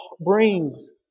brings